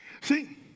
See